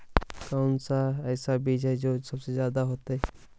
कौन सा ऐसा बीज है जो सबसे ज्यादा होता है?